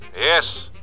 Yes